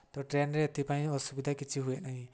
ତ ଟ୍ରେନ୍ରେ ଏଥିପାଇଁ ଅସୁବିଧା କିଛି ହୁଏ ନାହିଁ